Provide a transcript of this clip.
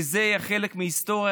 וזה יהיה חלק מההיסטוריה,